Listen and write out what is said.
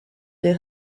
des